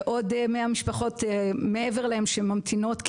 עוד 100 משפחות מעבר להן שממתינות מחוץ ליישוב,